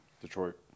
Detroit